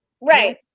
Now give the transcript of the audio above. Right